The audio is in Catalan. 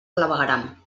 clavegueram